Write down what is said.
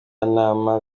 nama